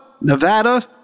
Nevada